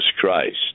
Christ